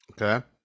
Okay